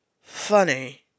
Funny